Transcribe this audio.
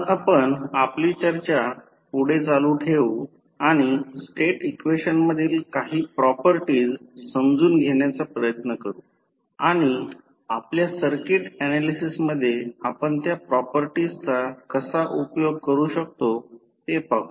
आज आपण आपली चर्चा पुढे चालू ठेवू आणि स्टेट इक्वेशन मधील काही प्रॉपर्टीज समजून घेण्याचा प्रयत्न करू आणि आपल्या सर्किट ऍनालिसिसमधे आपण त्या प्रॉपर्टीज चा कसा उपयोग करू शकतो ते पाहू